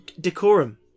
decorum